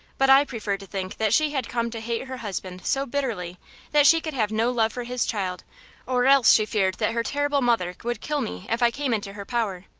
but i prefer to think that she had come to hate her husband so bitterly that she could have no love for his child or else she feared that her terrible mother would kill me if i came into her power.